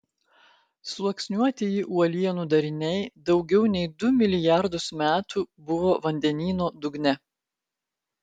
sluoksniuotieji uolienų dariniai daugiau nei du milijardus metų buvo vandenyno dugne